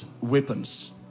weapons